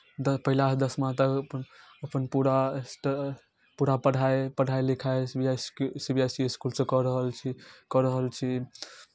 द पहिलासँ दशमा तक अपन पूरा स्ट पूरा पढ़ाइ पढ़ाइ लिखाइ C B S E C B S E इसकुलसँ कऽ रहल छी कऽ रहल छी